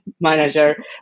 manager